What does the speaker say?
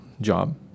job